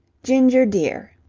ginger, dear.